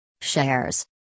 Shares